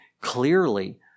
clearly